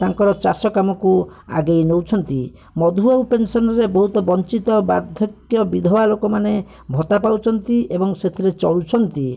ତାଙ୍କର ଚାଷ କାମକୁ ଆଗେଇ ନେଉଛନ୍ତି ମଧୁବାବୁ ପେନ୍ସନ୍ରେ ବହୁତ ବଞ୍ଚିତ ବାର୍ଦ୍ଧକ୍ୟ ବିଧବା ଲୋକମାନେ ଭତ୍ତା ପାଉଛନ୍ତି ଏବଂ ସେଥିରେ ଚଳୁଛନ୍ତି